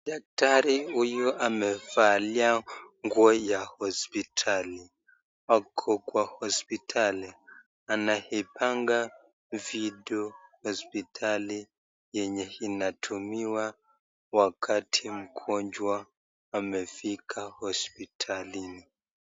Daktari huyu amevalia nguo ya hospitali. Ako kwa hospitali. Anapanga vitu vya hospitali yenye inatumiwa wakati mgonjwa amefika hospitalini.